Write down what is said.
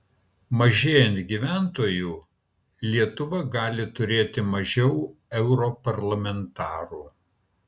mažėjant gyventojų lietuva gali turėti mažiau europarlamentarų